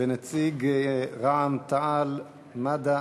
ונציג רע"ם-תע"ל-מד"ע,